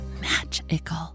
magical